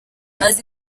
azi